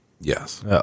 Yes